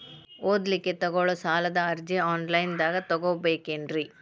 ಓದಲಿಕ್ಕೆ ತಗೊಳ್ಳೋ ಸಾಲದ ಅರ್ಜಿ ಆನ್ಲೈನ್ದಾಗ ತಗೊಬೇಕೇನ್ರಿ?